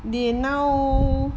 they now